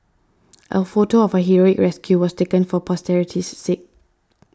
a photo of her heroic rescue was taken for posterity's sake